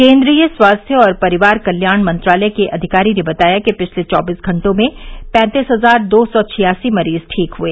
केन्द्रीय स्वास्थ्य और परिवार कल्याण मंत्रालय के अधिकारी ने बताया कि पिछले चौबीस घंटों में पैंतीस हजार दो सौ छियासी मरीज ठीक हुए